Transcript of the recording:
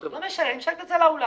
לא משנה, משלמים את זה לאולם.